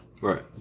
Right